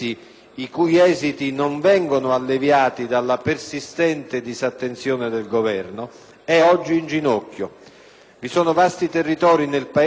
vi sono vasti territori nel Paese, già drammaticamente colpiti da eventi calamitosi in un passato non lontano, che hanno conosciuto in queste ultime